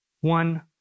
One